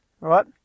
right